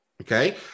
Okay